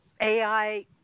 AI